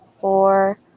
four